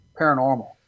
Paranormal